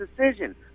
decision